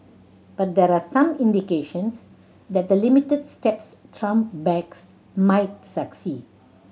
but there are some indications that the limited steps Trump backs might succeed